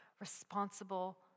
responsible